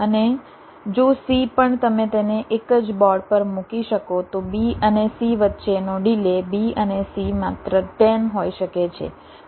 અને જો C પણ તમે તેને એક જ બોર્ડ પર મૂકી શકો તો B અને C વચ્ચેનો ડિલે B અને C માત્ર 10 હોઈ શકે છે